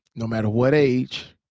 no matter what age,